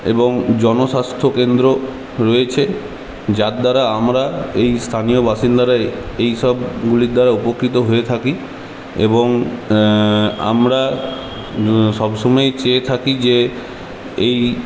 এবং জনস্বাস্থ্য কেন্দ্র রয়েছে যার দ্বারা আমরা এই স্থানীয় বাসিন্দারা এইসবগুলির দ্বারা উপকৃত হয়ে থাকি এবং আমরা সব সময় চেয়ে থাকি যে এই